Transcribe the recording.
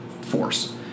force